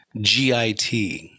GIT